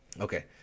Okay